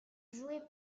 joué